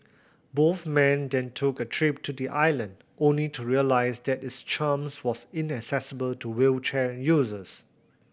both men then took a trip to the island only to realise that its charms was inaccessible to wheelchair users